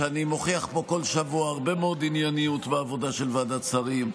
שאני מוכיח פה בכל שבוע הרבה מאוד ענייניות בעבודה של ועדת השרים,